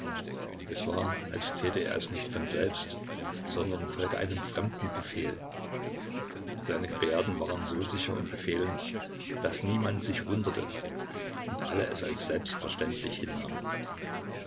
es war als täte er es nicht von selbst sondern folge einem fremden befehl seine gebärden waren so sicher und befehlend daß niemand sich wunderte und alle es als selbstverständlich hinnahmen